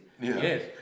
Yes